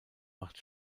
macht